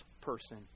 person